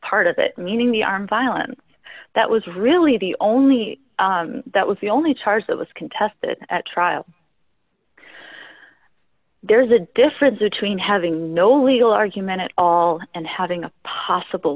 part of it meaning the arm violent that was really the only that was the only charge that was contested at trial there's a difference between having no legal argument at all and having a possible